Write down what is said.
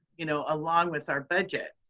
you know along with our budget.